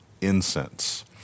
incense